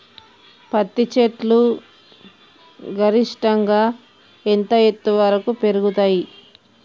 పత్తి చెట్లు గరిష్టంగా ఎంత ఎత్తు వరకు పెరుగుతయ్?